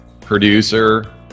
producer